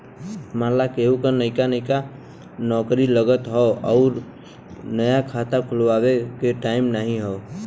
मान ला केहू क नइका नइका नौकरी लगल हौ अउर नया खाता खुल्वावे के टाइम नाही हौ